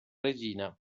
regina